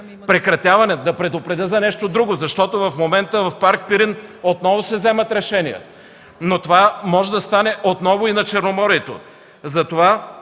от тях. Да предупредя за нещо друго, защото в момента в Парк „Пирин” отново се вземат решения, но това може да стане отново и на Черноморието.